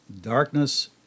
darkness